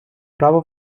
права